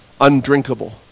undrinkable